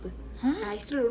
hmm